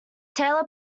taylor